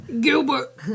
Gilbert